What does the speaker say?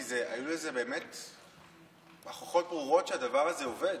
כי היו לזה באמת הוכחות ברורות שהדבר הזה עובד.